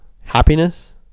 happiness